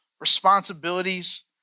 responsibilities